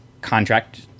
contract